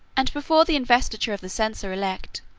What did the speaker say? and before the investiture of the censor elect,